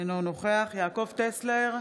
אינו נוכח יעקב טסלר,